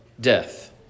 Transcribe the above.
death